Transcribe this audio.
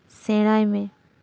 ᱥᱮᱬᱟᱭᱢᱮ